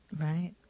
Right